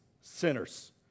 sinners